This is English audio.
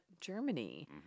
Germany